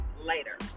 later